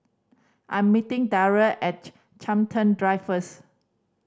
I am meeting Derrell at Chiltern Drive first